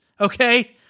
Okay